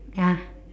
ya